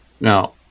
Now